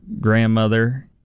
grandmother